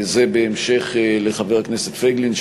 זה בהמשך לכך שחבר הכנסת פייגלין,